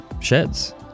sheds